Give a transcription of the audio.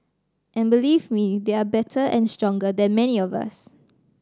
and believe me they are better and stronger than many of us